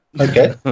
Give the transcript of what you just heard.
Okay